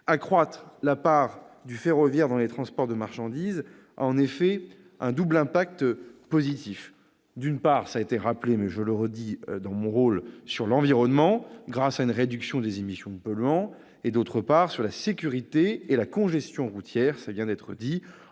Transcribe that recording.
Accroître la part du ferroviaire dans les transports de marchandises a en effet un double impact positif : d'une part- ceci a été souligné, mais je le redis, c'est mon rôle -sur l'environnement, grâce à une réduction des émissions de polluants, et, d'autre part, sur la sécurité et la congestion routières, par la diminution